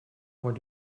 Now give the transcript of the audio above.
voit